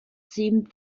seemed